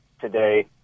today